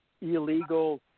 illegal